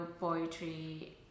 poetry